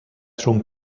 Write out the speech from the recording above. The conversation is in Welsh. rhwng